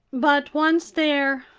but once there,